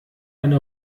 eine